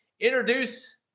introduce